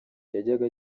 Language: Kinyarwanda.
yajyaga